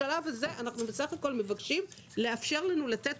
בשלב הזה אנחנו בסך הכול מבקשים לאפשר לנו לתת